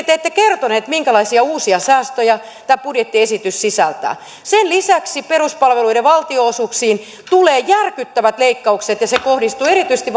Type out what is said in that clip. te ette kertonut minkälaisia uusia säästöjä tämä budjettiesitys sisältää sen lisäksi peruspalveluiden valtionosuuksiin tulee järkyttävät leikkaukset ja se kohdistuu erityisesti